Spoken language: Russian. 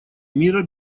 мира